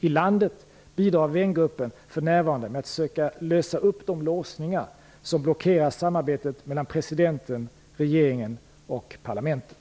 I landet bidrar vängruppen för närvarande med att söka lösa upp de låsningar som blockerar samarbetet mellan presidenten, regeringen och parlamentet.